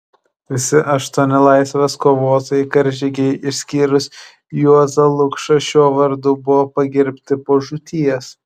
visi aštuoni laisvės kovotojai karžygiai išskyrus juozą lukšą šiuo vardu buvo pagerbti po žūties